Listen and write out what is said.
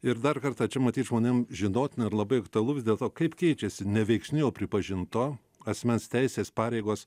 ir dar kartą čia matyt žmonėm žinotina ir labai aktualu vis dėlto kaip keičiasi neveiksniu pripažinto asmens teisės pareigos